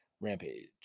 rampage